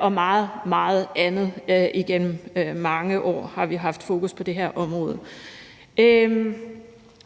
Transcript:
og meget, meget andet, og igennem mange år har vi haft fokus på det her område